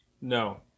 No